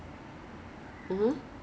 according to according to here